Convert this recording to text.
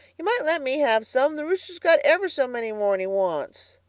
you might let me have some. that rooster's got ever so many more'n he wants.